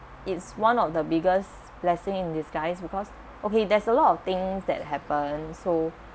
it's one of the biggest blessing in disguise because okay there's a lot of things that happened so